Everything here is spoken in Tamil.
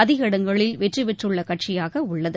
அதிக இடங்களில் வெற்றிபெற்றுள்ள கட்சியாக உள்ளது